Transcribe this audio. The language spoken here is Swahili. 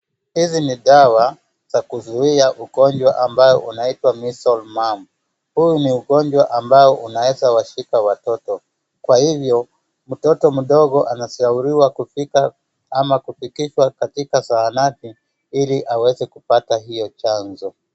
Hizi ni dawa za kuzuia ugonjwa ambao unaitwa measle man .Huu i ugonjwa ambao unaweza washika watoto. Kwa hivyo mtoto mdogo anashauriwa kufika au kufikishwa katika zanahati ili aweze kupata hiyo chanjo.